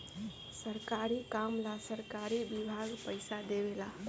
सरकारी काम ला सरकारी विभाग पइसा देवे ला